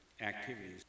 activities